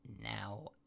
now